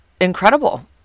incredible